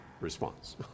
response